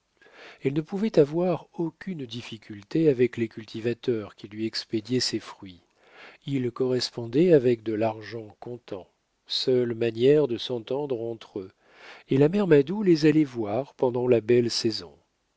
elle ne pouvait avoir aucune difficulté avec les cultivateurs qui lui expédiaient ses fruits ils correspondaient avec de l'argent comptant seule manière de s'entendre entre eux et la mère madou les allait voir pendant la belle saison